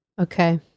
Okay